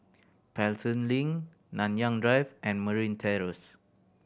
Pelton Link Nanyang Drive and Marine Terrace